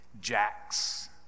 jacks